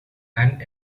and